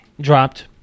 Dropped